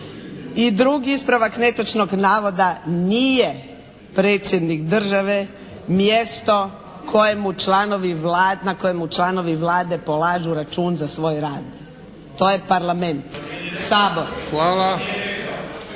I drugi ispravak netočnog navoda nije predsjednik države mjesto kojemu članovi Vlade, na kojemu članovi Vlade polažu račun za svoj rad. To je Parlament, Sabor.